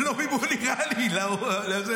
ללא מימון איראני לתעמולה.